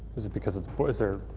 is it because it's. but is there.